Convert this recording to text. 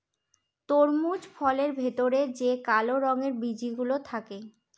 তরমুজ ফলের ভেতরে যে কালো রঙের বিচি গুলো থাকে